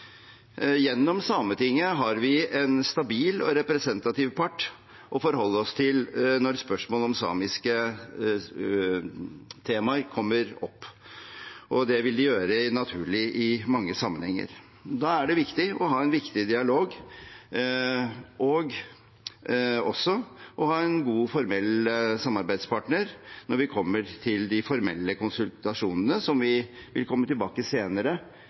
Gjennom Sametinget har vi en stabil og representativ part å forholde oss til når spørsmålet om samiske tema kommer opp, og det vil være naturlig i mange sammenhenger. Da er det viktig å ha en dialog og også å ha en god formell samarbeidspartner når vi kommer til de formelle konsultasjonene, som vi vil komme tilbake til i en senere